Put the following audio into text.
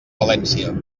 valència